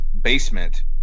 basement